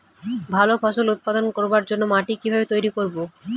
ভালো ফসল উৎপাদন করবার জন্য মাটি কি ভাবে তৈরী করব?